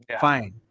fine